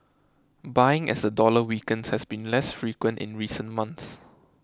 buying as the dollar weakens has been less frequent in recent months